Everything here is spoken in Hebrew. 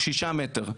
ששה מטרים.